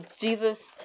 jesus